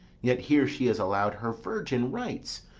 yet here she is allowed her virgin rites,